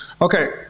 Okay